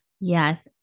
Yes